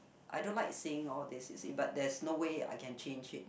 I don't like saying all these you see but there's no way I can change it